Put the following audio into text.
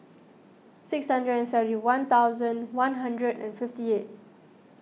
six hundred and seventy one thousand one hundred and fifty eight